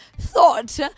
thought